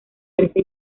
trece